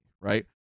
right